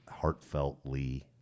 heartfeltly